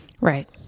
right